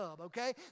okay